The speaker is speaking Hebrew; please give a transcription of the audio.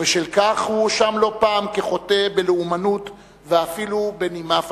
ובשל כך הוא הואשם לא פעם כחוטא בלאומנות ואפילו בנימה פאשיסטית.